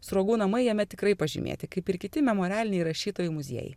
sruogų namai jame tikrai pažymėti kaip ir kiti memorialiniai rašytojų muziejai